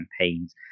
campaigns